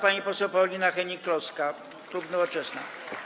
poseł Paulina Hennig-Kloska, klub Nowoczesna.